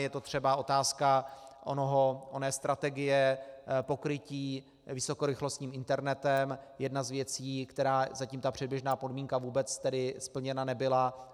Je to třeba otázka oné strategie pokrytí vysokorychlostním internetem, jedna z věcí, kde zatím ta předběžná podmínka vůbec tedy splněna nebyla.